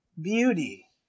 beauty